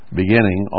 beginning